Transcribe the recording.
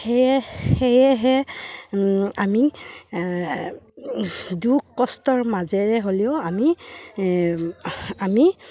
সেয়ে সেয়েহে আমি দুখ কষ্টৰ মাজেৰে হ'লেও আমি আমি